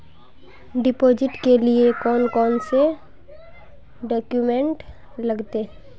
Deposit के लिए कौन कौन से डॉक्यूमेंट लगते?